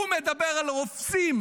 הוא מדבר על רופסים.